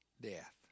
death